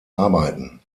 arbeiten